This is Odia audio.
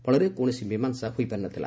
ଫଳରେ କୌଣସି ମୀମାଂସା ହୋଇ ପାରି ନଥିଲା